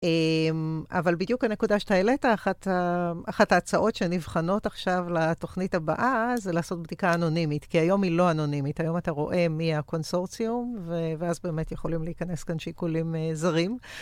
אבל בדיוק הנקודה שאתה העלית, אחת ההצעות שנבחנות עכשיו לתוכנית הבאה, זה לעשות בדיקה אנונימית, כי היום היא לא אנונימית. היום אתה רואה מי הקונסורציום, ואז באמת יכולים להיכנס כאן שיקולים זרים.